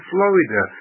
Florida